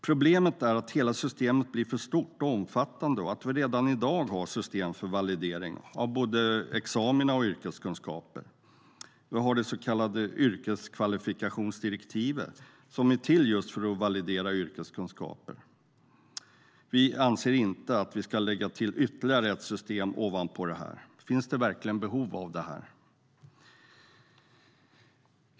Problemet är att hela systemet blir för stort och omfattande och att vi redan i dag har system för validering av både examina och yrkeskunskaper. Vi har det så kallade yrkeskvalifikationsdirektivet som är till just för att validera yrkeskunskaper. Vi anser inte att vi ska lägga till ytterligare ett system ovanpå detta. Finns det verkligen behov av det? Fru talman!